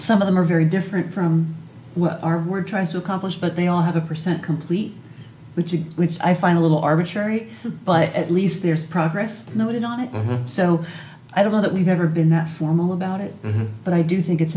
some of them are very different from what our we're trying to accomplish but they all have a percent complete which is which i find a little arbitrary but at least there's progress noted on it so i don't know that we've ever been that formal about it but i do think it's